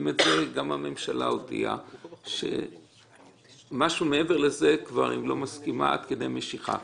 גם הממשלה הודיעה שמעבר לזה היא לא מסכימה עד כדי משיכת החוק.